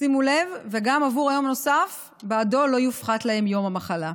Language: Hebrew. שימו לב, ויום נוסף שבעדו לא יופחת להם יום המחלה.